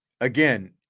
again